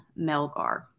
Melgar